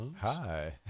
hi